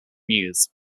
news